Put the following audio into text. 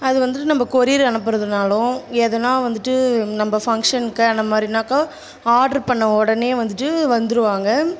அது வந்துட்டு நம்ம கொரியர் அனுப்புறதுனாலும் எதனா வந்துட்டு நம்ம ஃபங்க்ஷனுக்கு அந்த மாதிரின்னாக்கா ஆர்டர் பண்ண உடனே வந்துட்டு வந்துருவாங்க